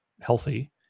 healthy